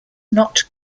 not